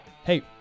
hey